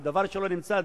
זה דבר שלא נמצא,